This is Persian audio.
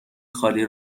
خالی